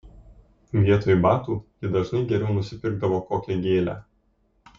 vietoj batų ji dažnai geriau nusipirkdavo kokią gėlę